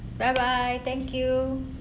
bye bye thank you